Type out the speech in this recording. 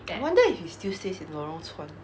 I wonder if he still stays in lorong chuan